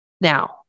Now